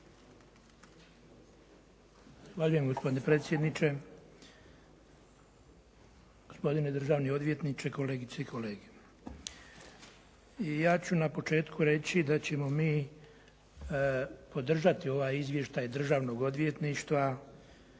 Zahvaljujem gospodine predsjedniče. Gospodine državni odvjetniče, kolegice i kolege. Ja ću na početku reći da ćemo mi podržati ovaj izvještaj Državnog odvjetništva